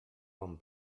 bon